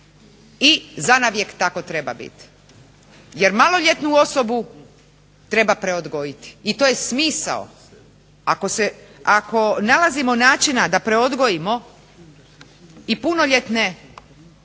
i zanavijek tako treba biti. Jer maloljetnu osobu treba preodgojiti i to je smisao. Ako nalazimo načina da preodgojimo i punoljetne osuđene